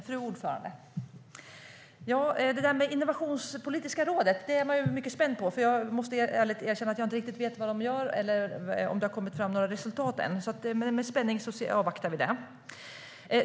Fru talman! Det innovationspolitiska rådet är jag mycket spänd på. Jag måste ärligt erkänna att jag inte riktigt vet vad de gör eller om det har kommit fram några resultat än. Med spänning avvaktar vi det.